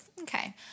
Okay